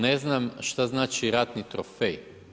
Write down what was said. Ne znam što znači ratni trofej.